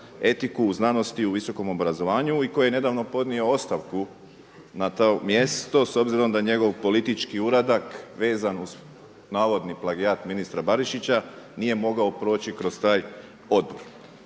etiku u znanosti i visokom obrazovanju i koji je nedavno podnio ostavku na to mjesto, s obzirom da njegov politički uradak vezan uz navodni plagijat ministra Barišića nije mogao proći kroz taj odbor.